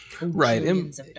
right